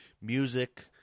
music